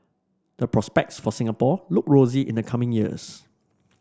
the prospects for Singapore look rosy in the coming years